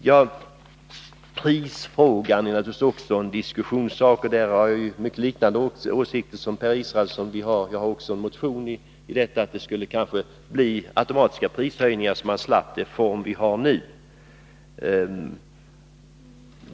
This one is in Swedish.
Också prisfrågan är naturligtvis en diskussionssak, och i den liknar mina åsikter mycket Per Israelssons. Jag har också en motion om att det borde vara automatiska prishöjningar, så att vi slapp den form för dem som vi har nu.